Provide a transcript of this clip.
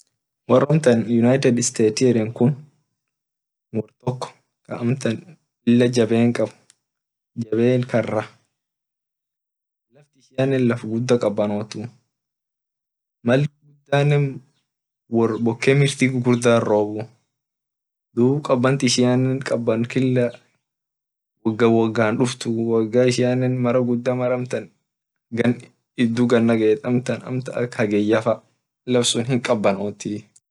Wor united kingdom wor tok kaa amtan jaben qabu jaben karra latinen lafa gudda qabanotu mal qana wor boke mirti gugurdati robuu dum qabanti ishiane qaban lila wogaa duftu woga ishiane mara gudda.